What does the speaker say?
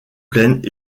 pleines